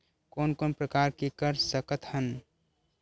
कोन कोन प्रकार के कर सकथ हन?